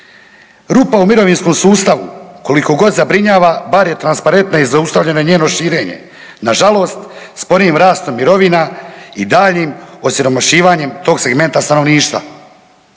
Rupa u mirovinskom sustavu kolikogod zabrinjava bar je transparentna i zaustavljeno je njeno širenje, nažalost sporim rastom mirovina i daljnjim osiromašivanjem tog segmenta stanovništva.